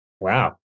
Wow